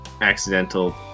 accidental